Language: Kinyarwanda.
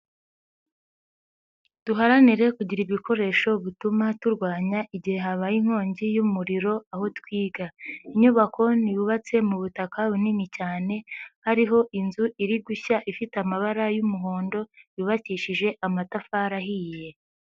Duharanire kugira ibikoresho bituma turwanya igihe habaye inkongi y'umuriro aho twiga. Inyubako yubatse mu butaka bunini cyane hariho inzu iri gushya ifite amabara y'umuhondo yubakishije amatafari ahiye.